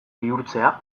bihurtzea